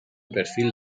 perfil